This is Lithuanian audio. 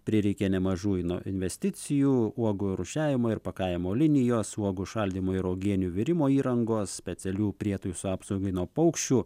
prireikė nemažų ino investicijų uogų rūšiavimo ir pakavimo linijos uogų šaldymo uogienių virimo įrangos specialių prietaisų apsaugai nuo paukščių